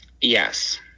yes